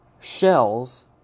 shells